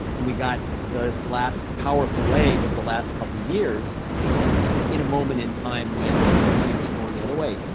and we got this last powerful leg of the last couple of years in a moment in time when the money was going the other way.